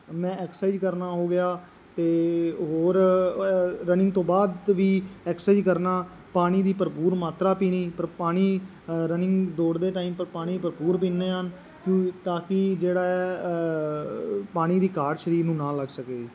ਮੈਂ ਐਕਸਾਈਜ਼ ਕਰਨਾ ਹੋ ਗਿਆ ਅਤੇ ਹੋਰ ਰਨਿੰਗ ਤੋਂ ਬਾਅਦ ਵੀ ਐਕਸਾਈਜ ਕਰਨਾ ਪਾਣੀ ਦੀ ਭਰਪੂਰ ਮਾਤਰਾ ਪੀਣੀ ਪਰ ਪਾਣੀ ਰਨਿੰਗ ਦੌੜਦੇ ਟਾਈਮ ਪਰ ਪਾਣੀ ਭਰਪੂਰ ਪੀਂਦੇ ਹਾਂ ਤਾਂ ਕਿ ਜਿਹੜਾ ਪਾਣੀ ਦੀ ਘਾਟ ਸਰੀਰ ਨੂੰ ਨਾ ਲੱਗ ਸਕੇ